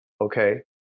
okay